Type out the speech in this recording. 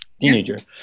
teenager